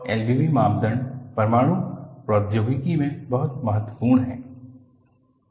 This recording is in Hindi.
और LBB मानदंड परमाणु प्रौद्योगिकी में बहुत महत्वपूर्ण है